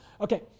Okay